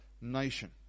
nation